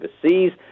overseas